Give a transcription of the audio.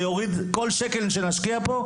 כל שקל שנשקיע בו,